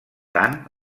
tant